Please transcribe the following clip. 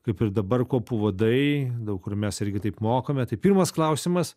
kaip ir dabar kuopų vadai daug kur mes irgi taip mokame tai pirmas klausimas